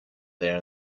there